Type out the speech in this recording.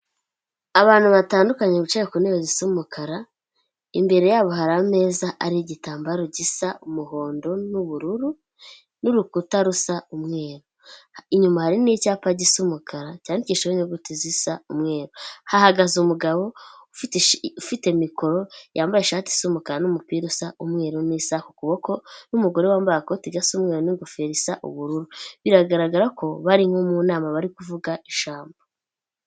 Abantu batandukanye bicaye ku ntebe zisa umukara, imbere yabo hari ameza ariho igitambaro gisa umuhondo n'ubururu, n'urukuta rusa umweru, inyuma hari n'icyapa gisa umukara cyandikishijweho inyuguti zisa umweru, hahagaze umugabo ufite mikoro yambaye ishati isa umukara, n'umupira usa umweru, n'isaha ku kuboko, n'umugore wambaye agakoti gisa umweru n'ingofero isa ubururu, biragaragara ko bari nko mu nama bari kuvuga ijambo.